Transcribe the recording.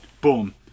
boom